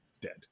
dead